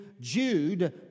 Jude